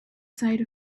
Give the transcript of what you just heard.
side